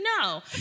no